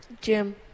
Jim